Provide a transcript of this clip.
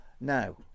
Now